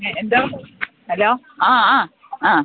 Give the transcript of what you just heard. ഏ എന്തോ ഹലോ ആ ആ ആ